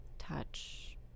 touch